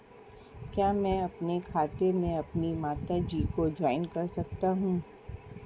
क्या मैं अपने खाते में अपनी माता जी को जॉइंट कर सकता हूँ?